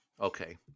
okay